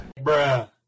Bruh